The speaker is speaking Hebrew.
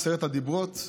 עשרת הדיברות,